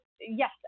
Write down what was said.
yes